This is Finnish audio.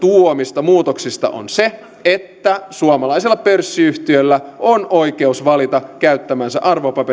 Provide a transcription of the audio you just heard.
tuomista muutoksista on se että suomalaisella pörssiyhtiöllä on oikeus valita käyttämänsä arvopaperikeskus eu